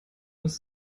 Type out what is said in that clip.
ist